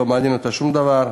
לא מעניין אותה שום דבר.